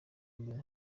mbere